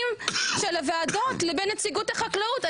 של הוועדות לבין נציגות החקלאות.